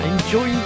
Enjoy